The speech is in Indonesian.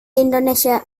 indonesia